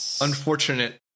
unfortunate